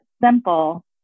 simple